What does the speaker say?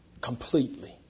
completely